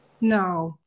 No